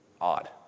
odd